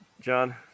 John